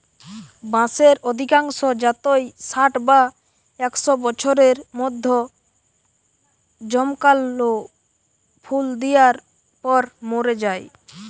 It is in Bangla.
বাঁশের অধিকাংশ জাতই ষাট বা একশ বছরের মধ্যে জমকালো ফুল দিয়ার পর মোরে যায়